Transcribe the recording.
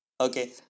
okay